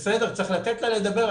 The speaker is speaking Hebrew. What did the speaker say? צריך לתת לה לדבר.